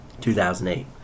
2008